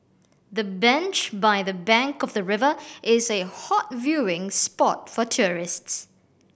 the bench by the bank of the river is a hot viewing spot for tourists